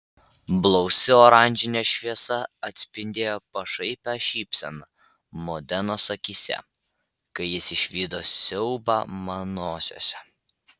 blausi oranžinė šviesa atspindėjo pašaipią šypseną modenos akyse kai jis išvydo siaubą manosiose